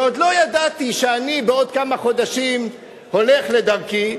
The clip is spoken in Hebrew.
ועוד לא ידעתי שאני בעוד כמה חודשים הולך לדרכי,